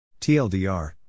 TLDR